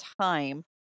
time